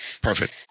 Perfect